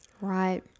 Right